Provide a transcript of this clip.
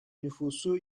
nüfusu